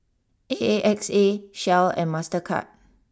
A A X A Shell and Mastercard